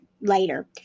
later